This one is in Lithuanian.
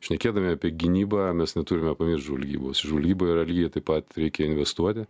šnekėdami apie gynybą mes neturime žvalgybos į žvalgybą yra lygiai taip pat reikia investuoti